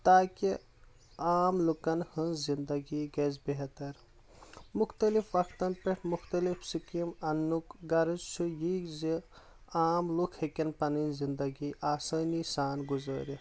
تاکہ عام لُکن ہنٛز زندگی گژھِ بہتر مختلف وقتَن پیٹھ مختلف سکیم اننُک غرض چھُ یی زِ عام لُکھ ہیکَن پنٕنۍ زندگی آسٲنی سان گُزٲرِتھ